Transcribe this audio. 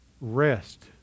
rest